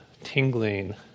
tingling